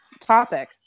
topic